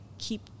keep